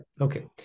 okay